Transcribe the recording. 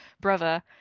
brother